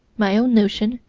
my own notion,